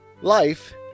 Life